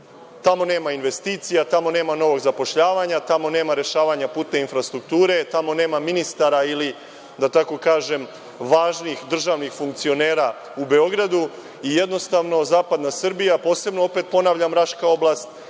Tamo nema investicija, tamo nema novog zapošljavanja, tamo nema rešavanja putne infrastrukture, tamo nema ministara ili, da tako kažem, važnih državnih funkcionera u Beogradu. Jednostavno, zapadna Srbija, posebno, opet ponavljam, Raška oblast,